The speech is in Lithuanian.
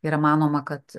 yra manoma kad